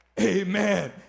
Amen